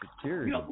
security